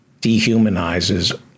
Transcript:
dehumanizes